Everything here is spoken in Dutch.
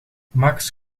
max